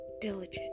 Diligent